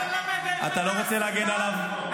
למה אתם לא מגנים --- אתם לא רוצים להגן עליו?